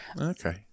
Okay